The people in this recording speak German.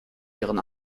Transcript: ihren